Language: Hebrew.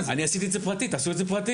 אני עשיתי את זה פרטי, תעשו את זה פרטי.